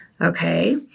okay